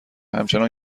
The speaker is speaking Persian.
همچنان